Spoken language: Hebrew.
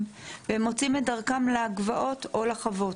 והם מוצאים את דרכם ל גבעות או לחוות,